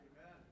Amen